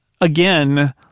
again